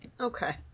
Okay